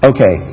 Okay